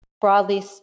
broadly